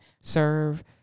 serve